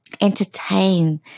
entertain